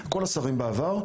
וכל השרים בעבר,